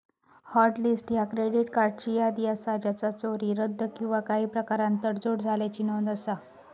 hot list ह्या credit कार्ड्सची यादी असा ज्याचा चोरी, रद्द किंवा काही प्रकारान तडजोड झाल्याची नोंद असा